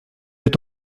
est